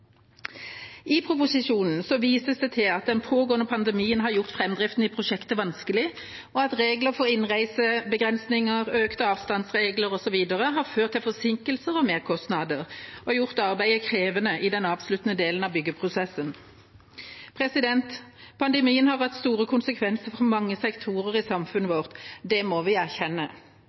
I proposisjonen vises det til at den pågående pandemien har gjort framdriften i prosjektet vanskelig, og at regler for innreisebegrensninger, økte avstandsregler osv. har ført til forsinkelser og merkostnader og gjort arbeidet krevende i den avsluttende delen av byggeprosessen. Pandemien har hatt store konsekvenser for mange sektorer i samfunnet vårt. Det må vi erkjenne,